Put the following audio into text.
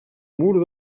mur